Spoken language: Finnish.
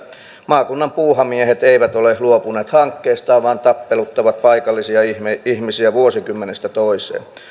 maakunnan puuhamiehet eivät ole luopuneet hankkeestaan vaan tappeluttavat paikallisia ihmisiä vuosikymmenestä toiseen